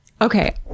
okay